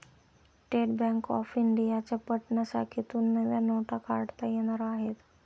state Bank of इंडियाच्या पटना शाखेतून नव्या नोटा काढता येणार आहेत